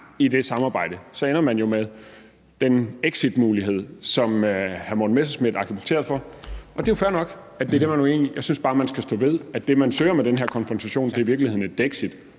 i det samarbejde, med den exitmulighed, som hr. Morten Messerschmidt argumenterer for. Det er jo fair nok, at det er det, man er uenig i; jeg synes bare, at man skal stå ved, at det, man søger med den her konfrontation, i virkeligheden er et